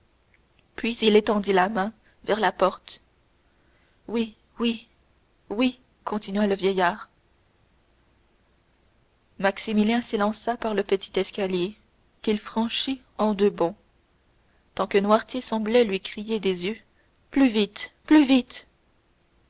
puis il étendit la main vers la porte oui oui oui continua le vieillard maximilien s'élança par le petit escalier qu'il franchit en deux bonds tant que noirtier semblait lui crier des yeux plus vite plus vite